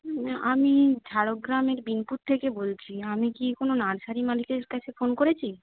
আমি ঝাড়গ্রামের বিনপুর থেকে বলছি আমি কি কোনো নার্সারি মালিকের কাছে ফোন করেছি